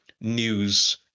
news